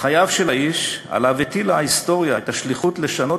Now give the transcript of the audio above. חייו של האיש שעליו הטילה ההיסטוריה את השליחות לשנות